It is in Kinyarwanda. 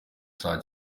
saa